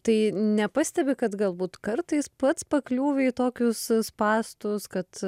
tai nepastebi kad galbūt kartais pats pakliūvi į tokius spąstus kad